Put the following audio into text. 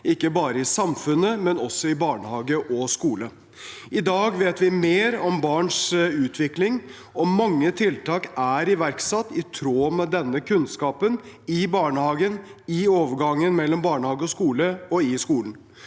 ikke bare i samfunnet, men også i barnehage og skole. I dag vet vi mer om barns utvikling, og mange tiltak er iverksatt i tråd med denne kunnskapen – i barnehagen, i overgangen mellom barnehage og skole og i skolen.